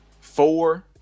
Four